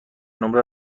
نمره